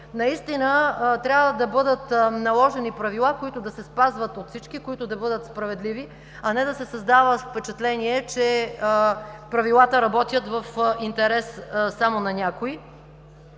наистина да бъдат наложени правила, които да се спазват от всички, да бъдат справедливи, а не да се създава впечатление, че правилата работят само в интерес на някои.